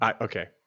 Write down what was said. Okay